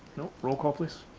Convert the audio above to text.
no, roll call please.